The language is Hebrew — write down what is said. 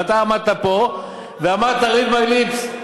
ואתה עמדת פה ואמרת read my lips,